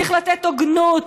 צריך לתת הוגנות,